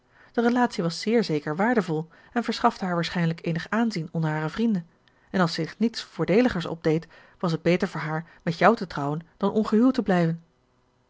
de relatie was zeer zeker waardevol en verschafte haar waarschijnlijk eenig aanzien onder hare vrienden en als zich niets voordeeligers opdeed was het beter voor haar met jou te trouwen dan ongehuwd te blijven